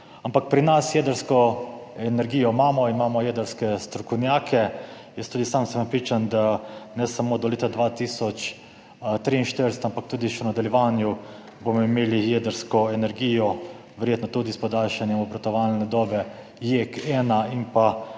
Ampak pri nas jedrsko energijo imamo, imamo jedrske strokovnjake, jaz sam sem tudi prepričan, da ne samo do leta 2043, ampak tudi še v nadaljevanju bomo imeli jedrsko energijo, verjetno tudi s podaljšanjem obratovalne dobe JEK1 in v